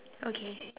okay